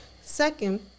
Second